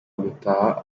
gutaha